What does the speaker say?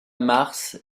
mars